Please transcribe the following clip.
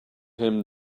him